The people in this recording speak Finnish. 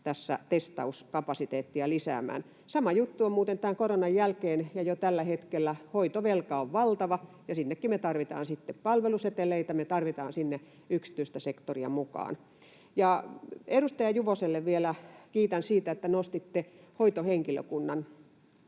testauskapasiteettia lisäämään. Sama juttu on muuten tämän koronan jälkeen ja jo tällä hetkellä: hoitovelka on valtava, ja sinnekin me tarvitaan sitten palveluseteleitä, me tarvitaan sinne yksityistä sektoria mukaan. Ja edustaja Juvoselle vielä: Kiitän siitä, että nostitte hoitohenkilökunnan.